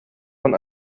von